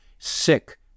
sick